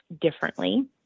differently